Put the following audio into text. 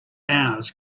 hours